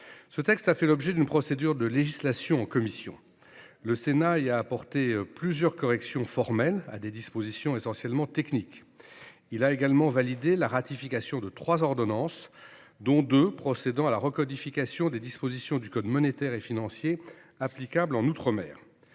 de loi a fait l’objet d’une procédure de législation en commission. Le Sénat a apporté plusieurs corrections formelles à des dispositions essentiellement techniques. Il a également validé la ratification de trois ordonnances, dont deux tendaient à la recodification des dispositions du code monétaire et financier applicables en outre mer.